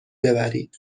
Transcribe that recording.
ببرید